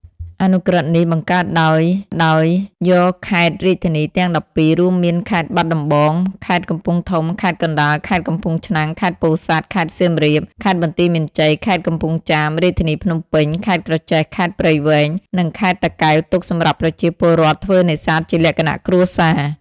អនុក្រឹត្យនេះ បង្កើតដោយដោយយកខេត្ត-រាជធានីទាំង១២ រួមមានខេត្តបាត់ដំបង ខេត្តកំពង់ធំ ខេត្តកណ្តាល ខេត្តកំពង់ឆ្នាំង ខេត្តពោធិសាត់ ខេត្តសៀមរាប ខេត្តបន្ទាយមានជ័យ ខេត្តកំពង់ចាម រាជធានីភ្នំពេញ ខេត្តក្រចេះ ខេត្តព្រៃវែង និងខេត្តតាកែវទុកសម្រាប់ប្រជាពលរដ្ឋធ្វើនេសាទជាលក្ខណៈគ្រួសារ។